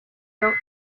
wrote